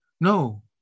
No